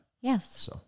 Yes